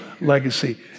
legacy